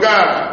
God